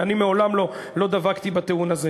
אני מעולם לא דבקתי בטיעון הזה.